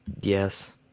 Yes